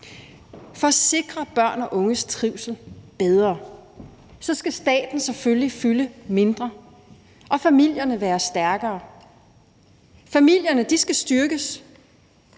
For at sikre børn og unges trivsel bedre skal staten selvfølgelig fylde mindre og familierne være stærkere. Familierne skal styrkes